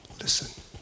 listen